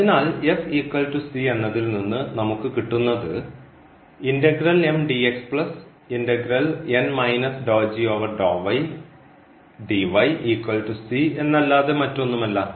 അതിനാൽ എന്നതിൽ നിന്ന് നമുക്ക് കിട്ടുന്നത് എന്നല്ലാതെ മറ്റൊന്നുമല്ല